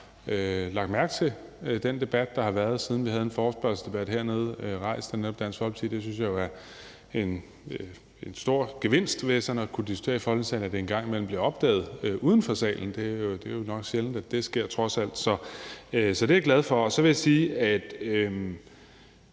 lagt mærke til den debat, der har været, siden vi havde en forespørgselsdebat hernede, stillet af netop Dansk Folkeparti. Det synes jeg jo er en stor gevinst ved sådan at kunne diskutere i Folketingssalen, at det engang imellem bliver opdaget uden for salen. Det er jo trods alt nok sjældent, at det sker, så det er jeg glad for. Så vil jeg sige, at